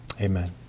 Amen